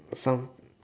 some